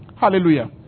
Hallelujah